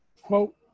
quote